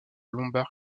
lombard